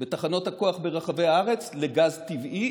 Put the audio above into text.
בתחנות הכוח ברחבי הארץ לגז טבעי